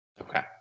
Okay